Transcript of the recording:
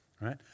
Right